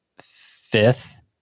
fifth